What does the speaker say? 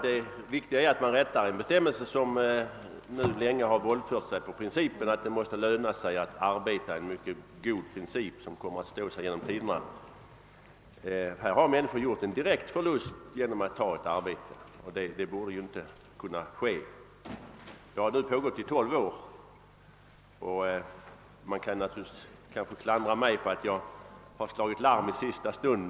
Det viktiga är emellertid att en bestämmelse som så länge har våldfört sig på principen att det måste löna sig att arbeta — en god princip som kommer att stå sig genom tiderna — nu blir rättad. Den har gjort att människor fått vidkännas en direkt förlust genom att ta ett arbete, och det borde inte få ske. Detta har pågått i tolv år, och man kanske kan klandra mig för att jag slagit larm i sista stund.